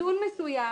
איזון מסוים